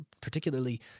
particularly